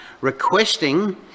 requesting